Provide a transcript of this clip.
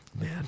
Man